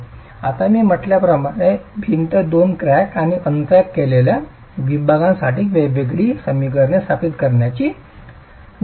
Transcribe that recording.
आता मी म्हटल्याप्रमाणे भिंत दोन क्रॅक आणि अनक्रॅक केलेल्या विभागांसाठी वेगळी वेगळी समीकरणे स्थापित करण्याची गरज आहे